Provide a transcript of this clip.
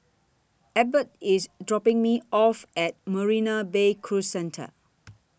Ebert IS dropping Me off At Marina Bay Cruise Centre